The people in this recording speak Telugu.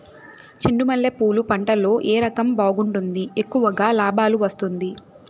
చెండు మల్లె పూలు పంట లో ఏ రకం బాగుంటుంది, ఎక్కువగా లాభాలు వస్తుంది?